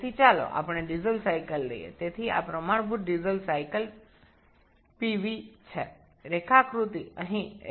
তাই আসুন আমাদের ডিজেল চক্র নিই সুতরাং এটি একটি আদর্শ ডিজেল চক্র Pv লেখচিত্র